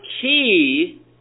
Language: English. key